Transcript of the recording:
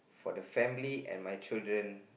for the family and my children